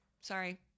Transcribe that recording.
sorry